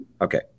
Okay